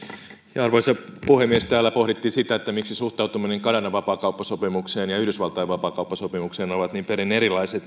arvoisa puhemies täällä pohdittiin sitä miksi suhtautuminen kanadan vapaakauppasopimukseen ja ja yhdysvaltain vapaakauppasopimukseen on niin perin erilaista